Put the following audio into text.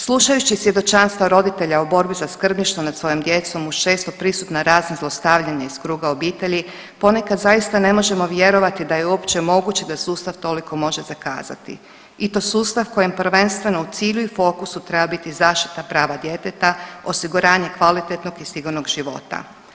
Slušajući svjedočanstva roditelja u borbi za skrbništvo nad svojom djecom uz često prisutna razna zlostavljanja iz kruga obitelji ponekad zaista ne možemo vjerovati da je uopće moguće da sustav može toliko zakazati i to sustav kojem je prvenstveno u cilju i fokusu treba biti zaštita prava djeteta, osiguranje kvalitetnog i sigurnog života.